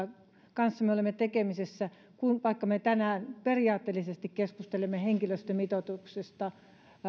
kanssa me olemme tekemisissä vaikka me tänään periaatteellisesti keskustelemme henkilöstömitoituksesta